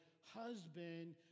husband